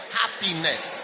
happiness